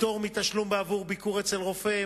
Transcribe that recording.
פטור מתשלום בעבור ביקור אצל רופא,